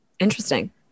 Interesting